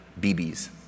BBs